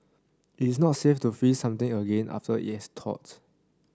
it is not safe to freeze something again after it has thawed